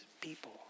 people